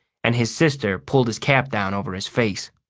and his sister pulled his cap down over his face.